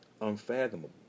unfathomable